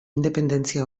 independentzia